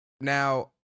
Now